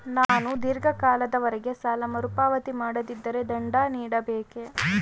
ನಾನು ಧೀರ್ಘ ಕಾಲದವರೆ ಸಾಲ ಮರುಪಾವತಿ ಮಾಡದಿದ್ದರೆ ದಂಡ ನೀಡಬೇಕೇ?